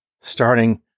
starting